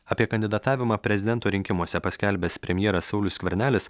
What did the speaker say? apie kandidatavimą prezidento rinkimuose paskelbęs premjeras saulius skvernelis